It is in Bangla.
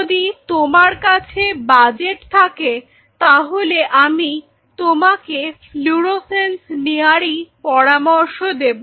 যদি তোমার কাছে বাজেট থাকে তাহলে আমি তোমাকে ফ্লুরোসেন্স নেওয়ারই পরামর্শ দেব